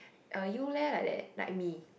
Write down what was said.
uh you leh like that like me